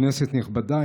כנסת נכבדה,